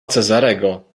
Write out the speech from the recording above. cezarego